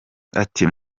ati